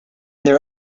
their